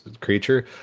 creature